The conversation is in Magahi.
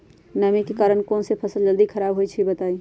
नमी के कारन कौन स फसल जल्दी खराब होई छई बताई?